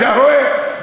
אתה רואה?